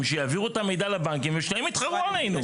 שיעבירו את המידע לבנקים ושהם יתחרו עלינו.